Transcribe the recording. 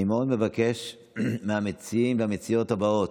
אני מאוד מבקש מהמציעים והמציעות הבאים